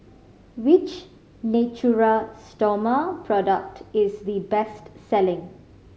which Natura Stoma product is the best selling